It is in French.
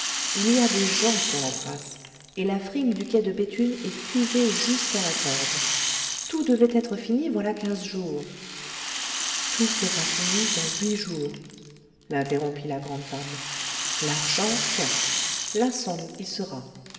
il y a des gens sur la trace et la frime du quai de béthune est usée jusqu'à la corde tout devait être fini voilà quinze jours tout sera uni dans huit jours l'interrompit la grand femme l'argent vient la somme y sera